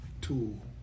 tool